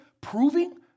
proving